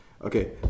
Okay